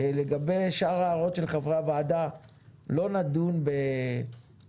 לגבי שאר ההערות של חברי הוועדה - לא נדון בעצם